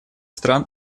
стран